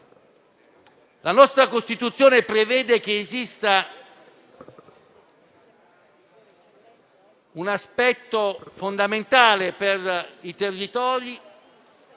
La nostra Costituzione prevede che esista un aspetto fondamentale per i territori